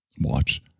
Watch